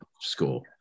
school